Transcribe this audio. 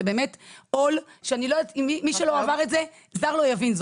זה עול שמי שלא עבר אותו, זר לא יבין זאת.